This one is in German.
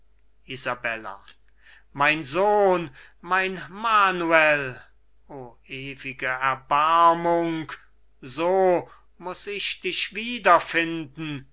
mein sohn mein manuel o ewige erbarmung so muß ich dich wieder